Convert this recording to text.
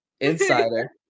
Insider